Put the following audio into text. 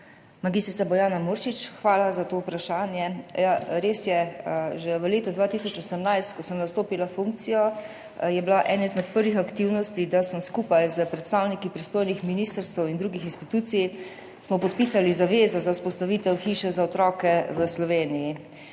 mag. Bojana Muršič, hvala za to vprašanje. Ja, res je, že v letu 2018, ko sem nastopila funkcijo, je bila ena izmed prvih aktivnosti, da smo skupaj s predstavniki pristojnih ministrstev in drugih institucij podpisali zavezo za vzpostavitev Hiše za otroke v Sloveniji.